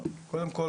קודם כל,